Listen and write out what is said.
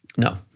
no,